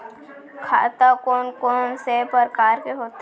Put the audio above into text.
खाता कोन कोन से परकार के होथे?